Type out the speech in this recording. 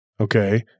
Okay